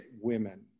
women